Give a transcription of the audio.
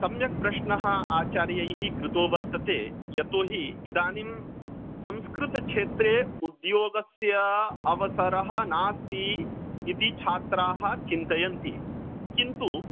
सम्यक् प्रश्नः आचार्यैः कृतो वर्तते यतोऽहि इदानीं संस्कृतक्षेत्रे उद्योगस्य अवसरः नास्ति इति छात्राः चिन्तयन्ति किन्तु